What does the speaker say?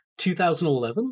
2011